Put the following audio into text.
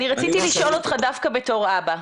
אני רציתי לשאול אותך דווקא בתור אבא.